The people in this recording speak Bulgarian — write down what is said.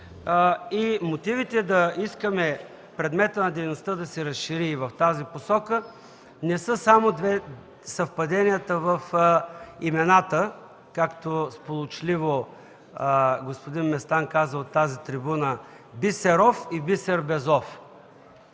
и мотивите да искаме предметът на дейността да се разшири и в тази посока не са само съвпаденията в имената, както сполучливо каза господин Местан от тази трибуна – „Бисеров” и „Бисер” без